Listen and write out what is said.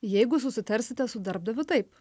jeigu susitarsite su darbdaviu taip